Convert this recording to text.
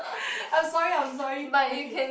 I'm sorry I'm sorry okay